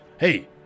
Hey